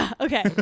okay